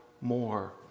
more